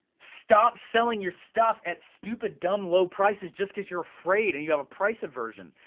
stop selling your stuff at stupid, dumb low prices just cause you're afraid and you have a price aversion.